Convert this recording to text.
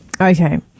Okay